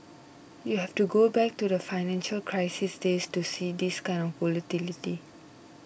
you have to go back to the financial crisis days to see this kind of volatility